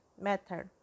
method